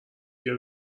بیا